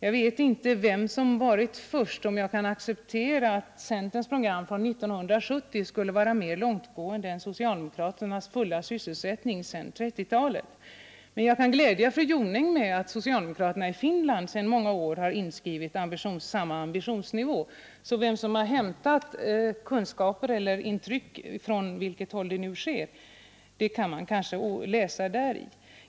Jag vet inte vem som var först och inte om jag kan acceptera att centerns program från 1970 skulle vara mer långtgående än socialdemokraternas krav på full sysselsättning, som funnits sedan 1930-talet. Men jag kan glädja fru Jonäng med att socialdemokraterna i Finland sedan många år har samma ambitionsnivå inskriven i sitt handlingsprogram, så man kan kanske däri läsa vem som hämtat kunskaper och intryck från vem.